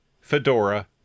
Fedora